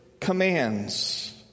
commands